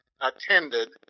attended